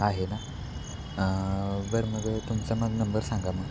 आहे ना बरं मग तुमचा मग नंबर सांगा मग